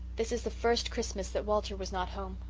this is the first christmas that walter was not home,